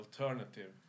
alternative